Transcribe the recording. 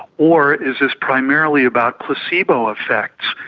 or is this primarily about placebo effects?